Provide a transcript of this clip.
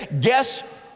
guess